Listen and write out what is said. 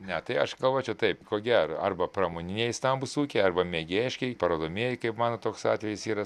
ne tai aš galvoju čia taip ko gero arba pramoniniai stambūs ūkiai arba mėgėjiški parodomieji kaip matot toks atvejis yra